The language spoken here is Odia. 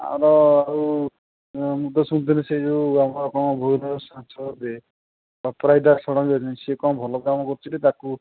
ଆମର ଆଉ ମୁଁ ତ ଶୁଣିଥିଲି ସେ ଯୋଉ ଆମର କ'ଣ ଭୁବେନେଶ୍ୱର ସାଂସଦ ଯିଏ ଅପରାଜିତା ଷଡ଼ଙ୍ଗୀ ଅଛନ୍ତି ସେ କ'ଣ ଭଲ କାମ କରୁଛିରେ ତାକୁ